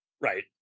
Right